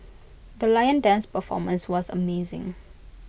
the lion dance performance was amazing